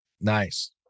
Nice